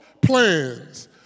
plans